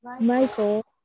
Michael